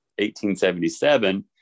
1877